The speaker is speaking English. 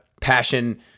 passion